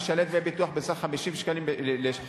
משלם דמי ביטוח בסך 50 שקלים לחודש,